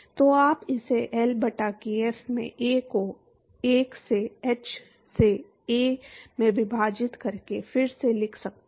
तो आप इसे L बटा kf में A को 1 से h से A में विभाजित करके फिर से लिख सकते हैं